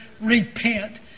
repent